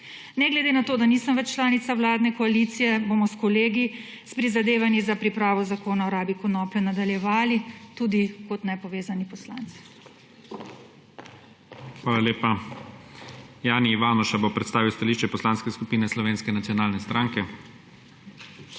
Ne glede na to, da nisem več članica vladne koalicije, bomo s kolegi s prizadevanji za pripravo zakona o rabi konoplje nadaljevali tudi kot nepovezani poslanci. **PREDSEDNIK IGOR ZORČIČ:** Hvala lepa. Jani Ivanuša bo predstavil stališče Poslanske skupine Slovenske nacionalne stranke.